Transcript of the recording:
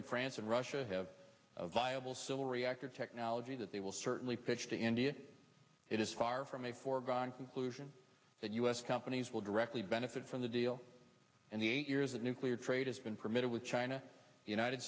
britain france and russia have a viable civil reactor technology that they will certainly pitch to india it is far from a foregone conclusion that u s companies will directly benefit from the deal and the eight years of nuclear trade has been permitted with china the united